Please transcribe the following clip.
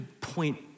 point